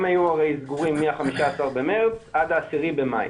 הם היו הרי סגורים מה-15 במארס עד ה-10 במאי,